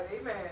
Amen